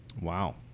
wow